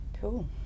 Cool